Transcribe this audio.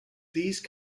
these